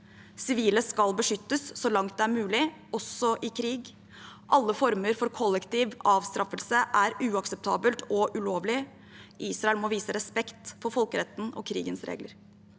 Sivile skal beskyttes så langt det er mulig, også i krig. Alle former for kollektiv avstraffelse er uakseptabelt og ulovlig. Israel må vise respekt for folkeretten og krigens regler.